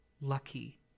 lucky